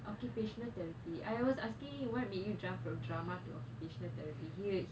occupational therapy I was asking him what made you jump from drama to occupational therapy he uh